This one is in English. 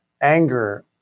anger